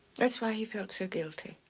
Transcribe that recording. that's why he felt so guilty.